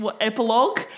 epilogue